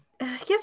Yes